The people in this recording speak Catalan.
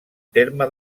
terme